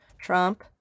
Trump